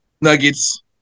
nuggets